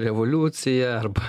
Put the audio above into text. revoliucija arba